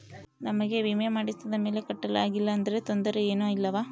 ನಮಗೆ ವಿಮೆ ಮಾಡಿಸಿದ ಮೇಲೆ ಕಟ್ಟಲು ಆಗಿಲ್ಲ ಆದರೆ ತೊಂದರೆ ಏನು ಇಲ್ಲವಾ?